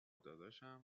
داداشم